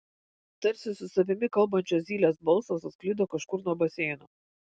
tarsi su savimi kalbančio zylės balsas atsklido kažkur nuo baseino